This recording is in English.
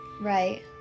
Right